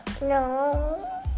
No